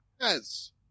Yes